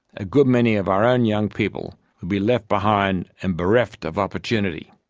a good many of our own young people will be left behind and bereft of opportunity.